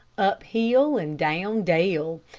up hill and down dale,